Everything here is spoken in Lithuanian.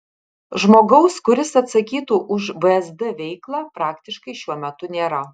žmogaus kuris atsakytų už vsd veiklą praktiškai šiuo metu nėra